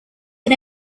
had